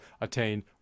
attain